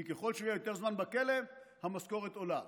כי ככל שהוא יהיה יותר זמן בכלא, המשכורת עולה.